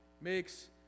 makes